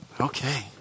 Okay